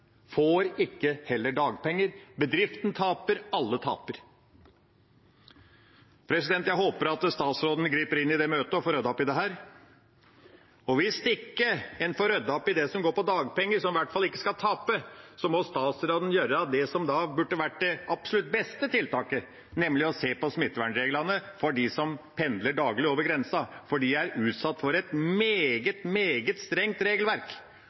heller ikke dagpenger. Bedriften taper, alle taper. Jeg håper at statsråden griper inn i det møtet og får ryddet opp i dette. Hvis en ikke får ryddet opp i det som går på dagpenger, som en i hvert fall ikke skal tape, må statsråden gjøre det som burde vært det absolutt beste tiltaket, nemlig å se på smittevernreglene for dem som pendler daglig over grensa, for de er utsatt for et meget, meget strengt regelverk.